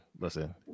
listen